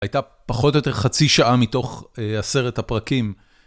הייתה פחות או יותר חצי שעה מתוך עשרת הפרקים.